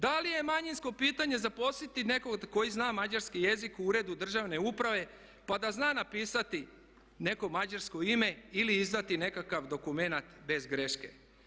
Da li je manjinsko pitanje zaposliti nekog tko zna mađarski jezik u uredu državne uprave pa da zna napisati neko mađarsko ime ili izdati nekakav dokumenat bez greške?